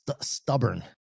stubborn